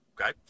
Okay